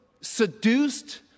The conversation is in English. seduced